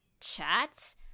chat